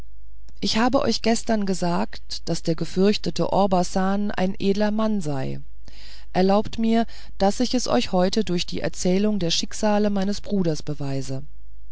ich habe euch gestern gesagt daß der gefürchtete orbasan ein edler mann seie erlaubt mir daß ich es euch heute durch die erzählung der schicksale meines bruders beweise